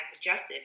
justice